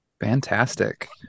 fantastic